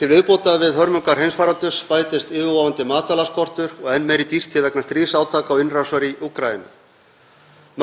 Til viðbótar við hörmungar heimsfaraldurs bætist yfirvofandi matvælaskortur og enn meiri dýrtíð vegna stríðsátaka og innrásar í Úkraínu.